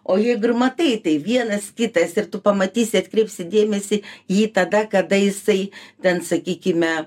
o jeigu ir matai tai vienas kitas ir tu pamatysi atkreipsi dėmesį jį tada kada jisai ten sakykime